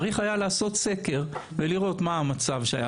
צריך היה לעשות סקר ולראות מה היה המצב שהיה